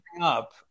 up